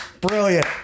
Brilliant